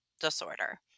disorder